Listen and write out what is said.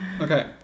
Okay